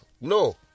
No